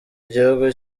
igihugu